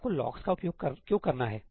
आपको लॉक्स का उपयोग क्यों करना है